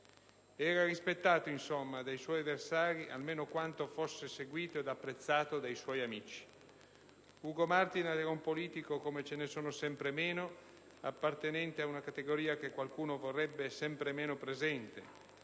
Era rispettato, insomma, dai suoi avversari almeno quanto era seguito ed apprezzato dai suoi amici. Ugo Martinat era un politico come ce ne sono sempre meno, appartenente ad una categoria che qualcuno vorrebbe sempre meno presente: